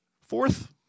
Fourth